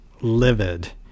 livid